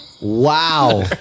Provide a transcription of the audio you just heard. Wow